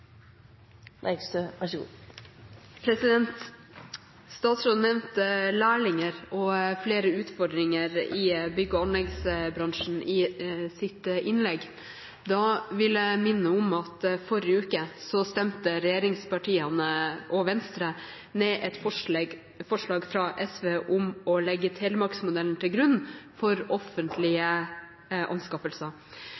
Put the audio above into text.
Statsråden nevnte lærlinger og flere utfordringer i bygge- og anleggsbransjen i sitt innlegg. Da vil jeg minne om at i forrige uke stemte regjeringspartiene og Venstre ned et forslag fra SV om å legge Telemarks-modellen til grunn for offentlige anskaffelser. Den ville sikret at det ble stilt krav om at bedrifter som konkurrerer om offentlige